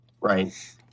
right